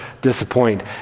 disappoint